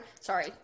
Sorry